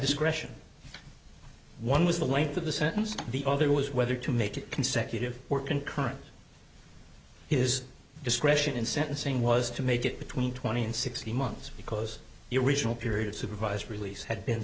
discretion one was the length of the sentence the other was whether to make it consecutive or concurrent his discretion in sentencing was to make it between twenty and sixty months because your original period supervised release had been